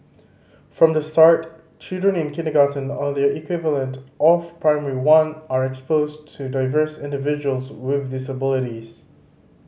from the start children in kindergarten or their equivalent of Primary One are exposed to diverse individuals with disabilities